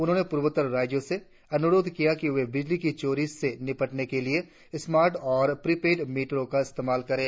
उन्होंने पूर्वोत्तर राज्यों से अनुरोध किया कि वे बिजली की चोरी से निपटने के लिए स्मार्ट और प्रीपेड मीटरों का इस्तेमाल करें